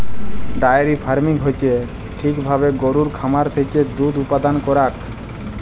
diary farming হচ্যে ঠিক ভাবে গরুর খামার থেক্যে দুধ উপাদান করাক